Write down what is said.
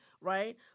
right